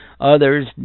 Others